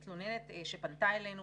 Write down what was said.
מתלוננת בת 75 שפנתה אלינו